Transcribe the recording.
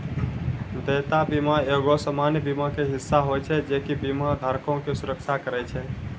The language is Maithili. देयता बीमा एगो सामान्य बीमा के हिस्सा होय छै जे कि बीमा धारको के सुरक्षा करै छै